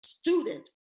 student